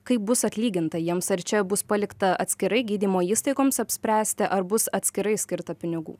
kaip bus atlyginta jiems ar čia bus palikta atskirai gydymo įstaigoms apspręsti ar bus atskirai skirta pinigų